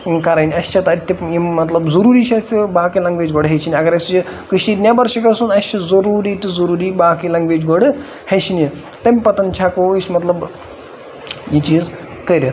کَرٕنۍ اَسہِ چھےٚ تَتہِ تہِ یِم مطلب ضروٗری چھِ اَسہِ باقٕے لنٛگویج گۄڈٕ ہیٚچھِنۍ اگر اَسہِ کٔشیٖرِ نٮ۪بَر چھِ گژھُن اَسہِ چھِ ضروٗری تہٕ ضروٗری باقٕے لنٛگویج گۄڈٕ ہیٚچھںہِ تَمہِ پَتہٕ ہیٚکو أسۍ مطلب یہِ چیٖز کٔرِتھ